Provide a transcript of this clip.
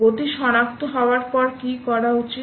গতি শনাক্ত হওয়ার পর কি করা উচিত